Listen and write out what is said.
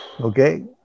Okay